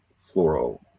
floral